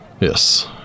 Yes